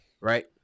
right